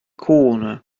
corner